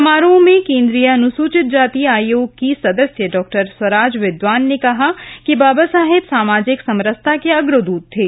समारोह में केंद्रीय अनुसूचित जाति आयोग की सदस्य डॉ स्वराज विद्वान ने कहा कि बाबा साहेब सामाजिक समरसता के अग्रदूत थे